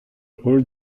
holl